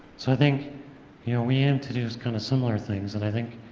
so i think you know we aim to do kind of similar things. and i think,